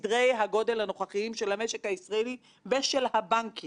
זיהינו כשל חמור בהעברת מידע בין רגולטורים ובשיתוף הפעולה ביניהם.